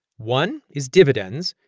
one is dividends,